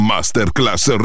Masterclass